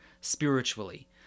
spiritually